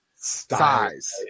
size